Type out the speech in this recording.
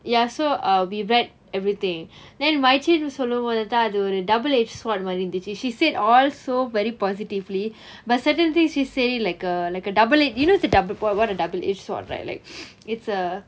ya so uh we read everything then marichin சொல்லும் போது தான் :sollum bothu thaan double edged sword மாறி இருந்துச்சி :maari irunthuchi she said all so very positively but certain things she say uh like a like a double ed~ you know the double edged sword double edge sword right like it's a